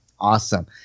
Awesome